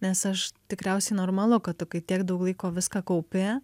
nes aš tikriausiai normalu kad tu kai tiek daug laiko viską kaupi